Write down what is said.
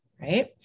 right